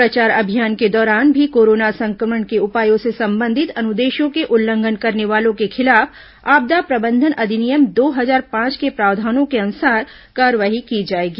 प्रचार अभियान के दौरान भी कोरोना संक्रमण के उपायों से संबंधित अनुदेशों के उल्लंघन करने वालों के खिलाफ आपदा प्रबंधन अधिनियम दो हजार पांच के प्रावधानों के अनुसार कार्रवाई की जायेगी